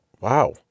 Wow